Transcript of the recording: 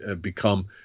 become